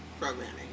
programming